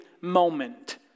moment